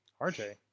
RJ